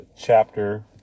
chapter